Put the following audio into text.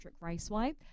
Raceway